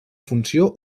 funció